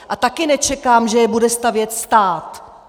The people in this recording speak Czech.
A taky nečekám, že je bude stavět stát.